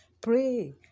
Pray